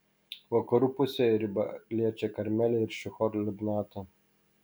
vakarų pusėje riba liečia karmelį ir šihor libnatą